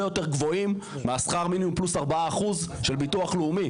יותר גבוהים מהשכר מינימום פלוס 4% של ביטוח לאומי.